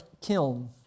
kiln